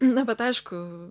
na bet aišku